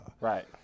Right